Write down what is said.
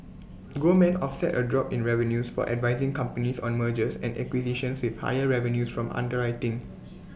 Goldman offset A drop in revenues for advising companies on mergers and acquisitions with higher revenues from underwriting